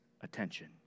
attention